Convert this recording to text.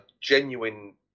genuine